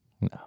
no